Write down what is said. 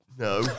No